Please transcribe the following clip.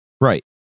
Right